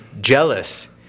jealous